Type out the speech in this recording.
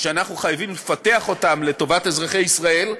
אנחנו חייבים לפתח אותם לטובת אזרחי ישראל,